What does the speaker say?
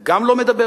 היא גם לא מדברת,